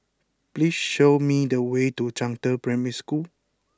please show me the way to Zhangde Primary School